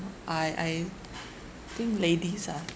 I I think ladies are